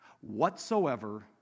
whatsoever